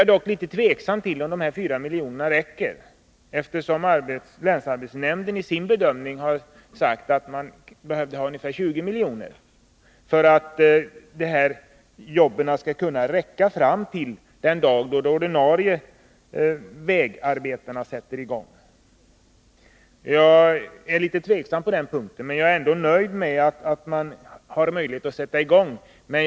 Jag är dock litet tveksam till om dessa 4 miljoner räcker, eftersom länsarbetsnämnden har bedömt att det behövs ungefär 20 milj.kr. för att jobben skall kunna räcka fram till den dag då de ordinarie vägarbetena sätts i gång. Jag är litet tveksam på den punkten, men jag är ändå nöjd med att det är Nr 39 möjligt att sätta i gång vägbygget.